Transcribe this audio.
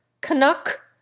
Canuck